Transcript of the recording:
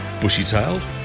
bushy-tailed